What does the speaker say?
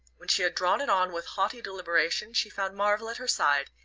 when she had drawn it on with haughty deliberation she found marvell at her side,